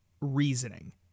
reasoning